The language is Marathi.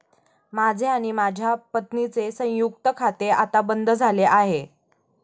माझे आणि माझ्या पत्नीचे संयुक्त खाते आता बंद झाले आहे